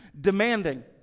Demanding